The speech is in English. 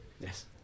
Yes